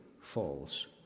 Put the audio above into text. falls